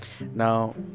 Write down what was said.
now